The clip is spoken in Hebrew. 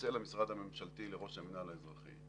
מצלצל המשרד הממשלתי לראש המינהל האזרחי,